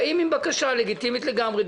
באים עם בקשה לגיטימית לגמרי.